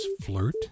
flirt